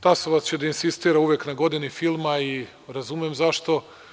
Tasovac će da insistira uvek na Godini filma i razumem zašto.